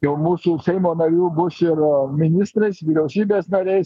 jau mūsų seimo narių bus ir ministrais vyriausybės nariais